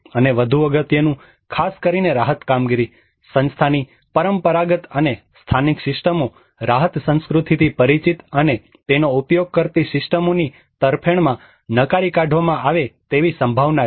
અને વધુ અગત્યનું ખાસ કરીને રાહત કામગીરી સંસ્થાની પરંપરાગત અને સ્થાનિક સિસ્ટમો રાહત સંસ્કૃતિથી પરિચિત અને તેનો ઉપયોગ કરતી સિસ્ટમોની તરફેણમાં નકારી કાઢવામાં આવે તેવી સંભાવના છે